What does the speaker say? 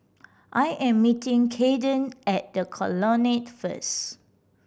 I am meeting Caden at The Colonnade first